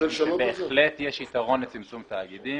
בהחלט יש יתרון לצמצום תאגידים.